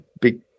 big